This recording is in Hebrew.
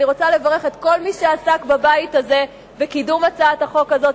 אני רוצה לברך את כל מי שעסק בבית הזה בקידום הצעת החוק הזאת,